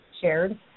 shared